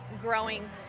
growing